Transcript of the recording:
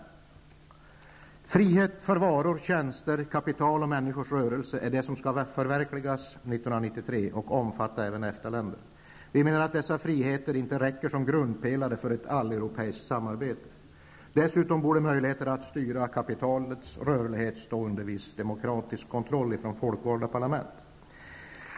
Frihet för varor, tjänster, kapital och människors rörelse är det som skall förverkligas 1993 och omfatta även EFTA-länderna. Vi menar att dessa friheter inte räcker som grundpelare för ett alleuropeiskt samarbete. Dessutom borde möjligheter att styra kapitalets rörlighet stå under folkvalda parlaments demokratiska kontroll.